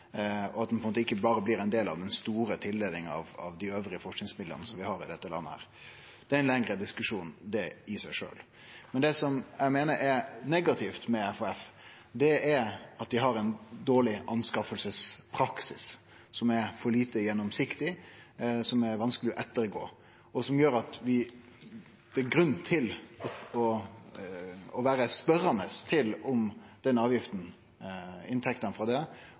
ikkje er ein del av den «normale» forskingstildelinga, at det har ei tilknyting til næringa, og at det ikkje berre blir ein del av den store tildelinga av dei andre forskingsmidlane som vi har i dette landet. Det er i seg sjølv ein lengre diskusjon. Det som eg meiner er negativt med FHF, er at dei har ein dårleg anskaffingspraksis, som er for lite gjennomsiktig, som er vanskeleg å ettergå, og som gjer at det er grunn til å vere spørjande til om inntektene frå